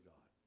God